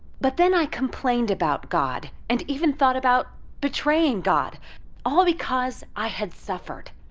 but then i complained about god and even thought about betraying god all because i had suffered.